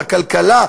בכלכלה,